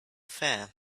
fare